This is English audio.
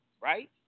right